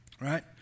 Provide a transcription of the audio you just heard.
right